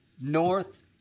North